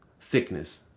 thickness